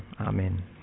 Amen